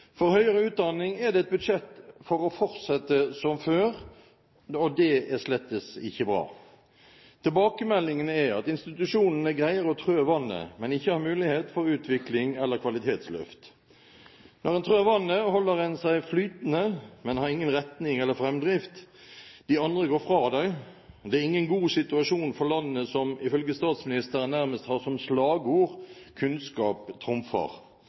For høyere utdanning er det et budsjett for å fortsette som før, og det er slettes ikke bra. Tilbakemeldingene er at institusjonene greier å trø vannet, men ikke har mulighet for utvikling eller kvalitetsløft. Når en trør vannet, holder en seg flytende, men har ingen retning eller framdrift. De andre går fra deg. Det er ingen god situasjon for landet som ifølge statsministeren nærmest har som slagord: kunnskap